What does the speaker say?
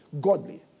Godly